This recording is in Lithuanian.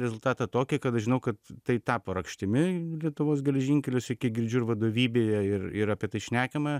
rezultatą tokį kad aš žinau kad tai tapo rakštimi lietuvos geležinkeliuose kiek girdžiu ir vadovybėje ir ir apie tai šnekama